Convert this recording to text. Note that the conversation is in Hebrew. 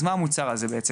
אז מה המוצר הזה בעצם?